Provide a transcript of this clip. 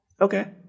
Okay